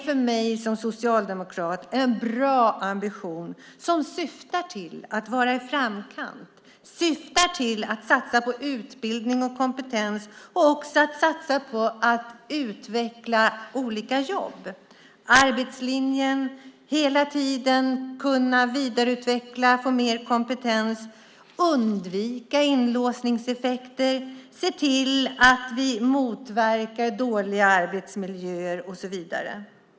För mig som socialdemokrat är det en bra ambition som syftar till att vara i framkant, som syftar till att satsa på utbildning och kompetens och också att satsa på att utveckla olika jobb. Det gäller då arbetslinjen och att hela tiden kunna vidareutveckla, få mer kompetens, undvika inlåsningseffekter, se till att motverka dåliga arbetsmiljöer och så vidare.